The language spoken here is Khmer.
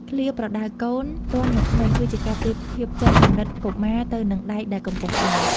ឃ្លា «ប្រដៅកូនទាន់នៅក្មេង» គឺជាការប្រៀបធៀបចិត្តគំនិតកុមារទៅនឹងដែកដែលកំពុងក្ដៅ។